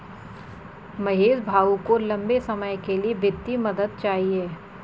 महेश भाऊ को लंबे समय के लिए वित्तीय मदद चाहिए